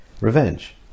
revenge